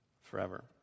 forever